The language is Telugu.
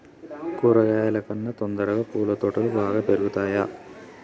కూరగాయల కన్నా తొందరగా పూల తోటలు బాగా పెరుగుతయా?